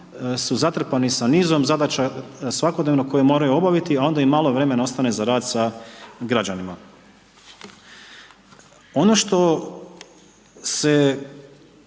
su zatrpani sa nizom zadaća svakodnevno koje moraju obaviti a onda im malo vremena ostane za rad sa građanima. Ono što se